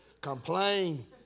Complain